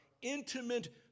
intimate